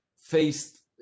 faced